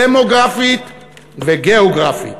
דמוגרפית וגיאוגרפית,